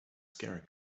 scaring